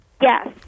Yes